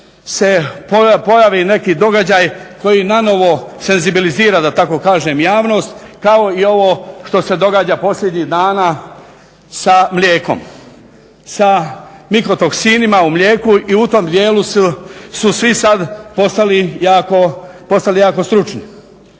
se pojave neki događaji koji nanovo senzibilizira da tako kažem javnost kao i ovo što se događa posljednjih dana sa mlijekom, sa mikro toksinima u mlijeku i u tom dijelu su svi sad postali jako stručni.